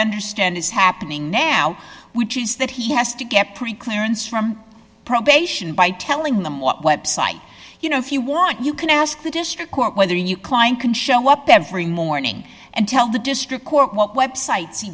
understand is happening now which is that he has to get preclearance from probation by telling them what website you know if you want you can ask the district court whether a new client can show up every morning and tell the district court what websites he